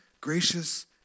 gracious